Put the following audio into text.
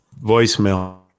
voicemail